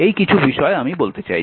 এই কিছু বিষয় আমি বলতে চাইছি